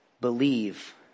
believe